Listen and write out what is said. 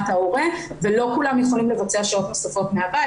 ההורה ולא כולם יכולים לבצע שעות נוספות מהבית.